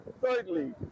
Thirdly